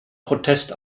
protest